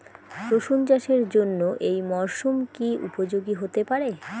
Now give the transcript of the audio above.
রসুন চাষের জন্য এই মরসুম কি উপযোগী হতে পারে?